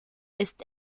ist